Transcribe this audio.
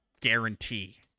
guarantee